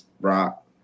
rock